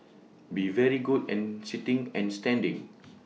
be very good and sitting and standing